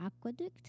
aqueduct